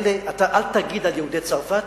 אל תגיד על יהודי צרפת,